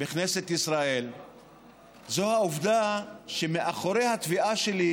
בכנסת ישראל זו העובדה שמאחורי התביעה שלי,